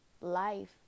life